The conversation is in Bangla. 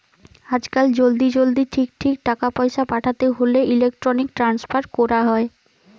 আজকাল জলদি জলদি ঠিক ঠিক টাকা পয়সা পাঠাতে হোলে ইলেক্ট্রনিক ট্রান্সফার কোরা হয়